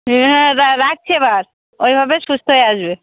হ্যাঁ রা রাখছি এবার ওইভাবে সুস্থ হয়ে আসবে